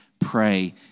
pray